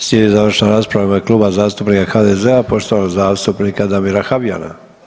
Slijedi završna rasprava u ime Kluba zastupnika HDZ-a poštovanog zastupnika Damira Habijana.